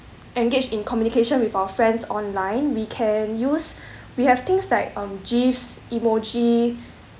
engage in communication with our friends online we can use we have things like um gifs emoji